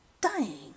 dying